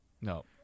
No